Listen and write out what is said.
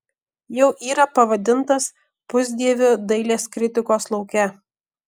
jau yra pavadintas pusdieviu dailės kritikos lauke